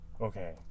okay